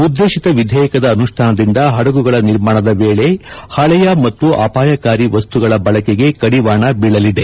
ಉದ್ದೇಶಿತ ವಿಧೇಯಕದ ಅನುಷ್ಣಾನದಿಂದ ಹಡಗುಗಳ ನಿರ್ಮಾಣದ ವೇಳೆ ಹಳೆಯ ಮತ್ತು ಅಪಾಯಕಾರಿ ವಸ್ತುಗಳ ಬಳಕೆಗೆ ಕಡಿವಾಣ ಬೀಳಲಿದೆ